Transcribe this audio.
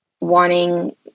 wanting